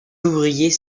ouvrier